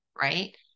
right